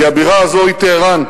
כי הבירה הזאת היא טהרן.